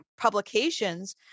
publications